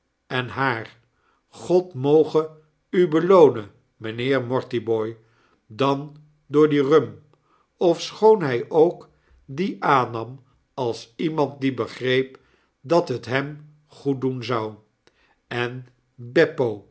en haar god moge u beloonen mynheer mortibooi dan door die rum ofschoon hy ook die aannam als iemand die begreep dat het hem goeddoen zou en beppo